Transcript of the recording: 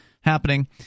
happening